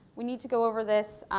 we need to go over this,